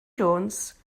jones